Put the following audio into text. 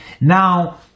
Now